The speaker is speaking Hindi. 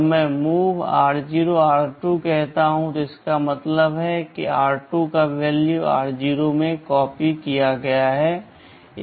जब मैं MOV r0 r2 कहता हूं इसका मतलब है कि r2 का मान r0 में कॉपी किया गया है